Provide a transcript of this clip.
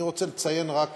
אני רוצה לציין רק